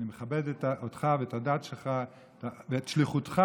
ואני מכבד אותך ואת הדת שלך ואת שליחותך,